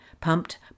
pumped